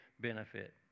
benefit